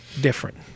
Different